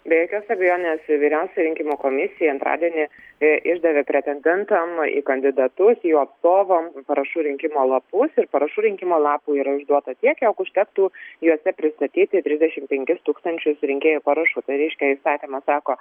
be jokios abejonės vyriausioji rinkimų komisija antradienį išdavė pretendentam į kandidatus jų atstovams parašų rinkimo lapus ir parašų rinkimo lapų yra išduota tiek kiek užtektų juose pristatyti trisdešimt penkis tūkstančius rinkėjų parašų tai reiškia įsakymas sako